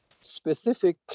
specific